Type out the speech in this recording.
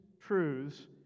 truths